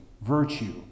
virtue